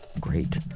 great